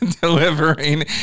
delivering